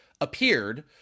appeared